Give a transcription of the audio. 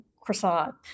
croissant